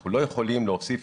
אנחנו לא יכולים להוסיף